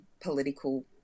political